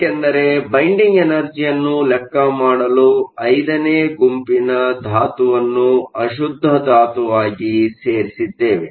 ಏಕೆಂದರೆ ಬೈಂಡಿಂಗ್ ಎನರ್ಜಿಯನ್ನು ಲೆಕ್ಕ ಮಾಡಲು ಐದನೇ ಗುಂಪಿನ ಧಾತುವನ್ನು ಅಶುದ್ದ ಧಾತುವಾಗಿ ಸೇರಿಸಿದ್ದೇವೆ